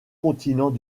continent